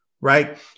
right